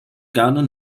gern